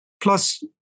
plus